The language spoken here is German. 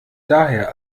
daher